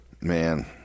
man